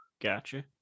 Gotcha